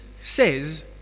says